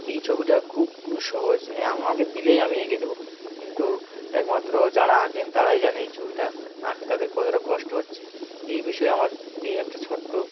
এই ছবিটা খুব সহজ আমাকে দিলেই আমি এঁকে দেবো কিন্তু একমাত্র যারা আঁকেন তারাই জানে এই ছবিটা আঁকতে তাদের কতটা কষ্ট হচ্ছে এই বিষয়ে আমার এই একটা ছোট্ট